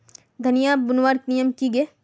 धनिया बूनवार नियम की गे?